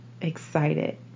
excited